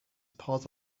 part